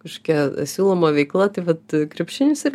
kažkokia siūloma veikla tai vat krepšinis ir